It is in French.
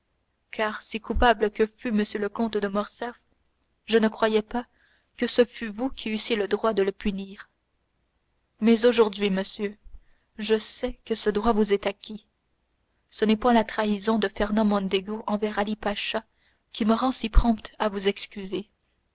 car si coupable que fût m le comte de morcerf je ne croyais pas que ce fût vous qui eussiez le droit de le punir mais aujourd'hui monsieur je sais que ce droit vous est acquis ce n'est point la trahison de fernand mondego envers ali pacha qui me rend si prompt à vous excuser